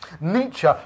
Nietzsche